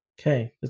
okay